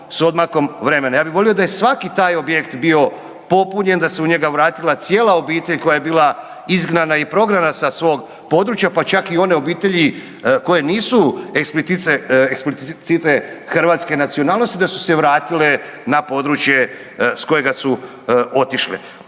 Ja bi volio da je svaki taj objekt bio popunjen, da se u njega vratila cijela obitelj koja bila izgnana i prognana sa svog područja pa čak i one obitelji koje nisu explicite hrvatske nacionalnosti, da su se vratile na područje s kojega su otišle.